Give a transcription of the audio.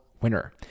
Winner